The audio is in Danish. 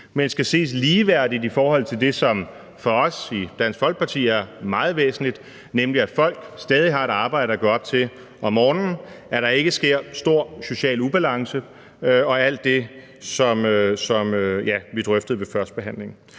men skal ses ligeværdigt i forhold til det, som for os i Dansk Folkeparti er meget væsentligt, nemlig at folk stadig har et arbejde at stå op til om morgenen, og at der ikke sker stor social ubalance og alt det, som vi drøftede ved førstebehandlingen.